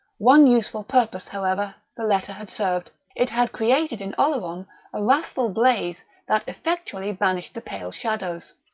one useful purpose, however, the letter had served it had created in oleron a wrathful blaze that effectually banished pale shadows.